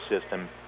system